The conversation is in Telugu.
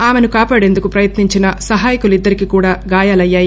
ఆమెను కాపాడేందుకు ప్రయత్ని ంచిన సహాయకులిద్గరికీ కూడా గాయాలయ్యాయి